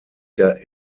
der